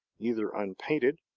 either unpainted,